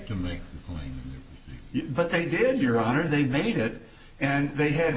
to me but they did your honor they made it and they had